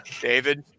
David